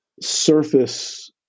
surface